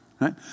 right